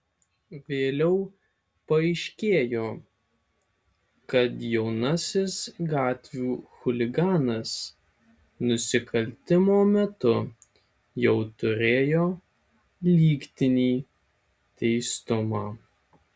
vėliau paaiškėjo kad jaunasis gatvių chuliganas nusikaltimo metu jau turėjo lygtinį teistumą